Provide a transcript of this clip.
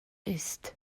ist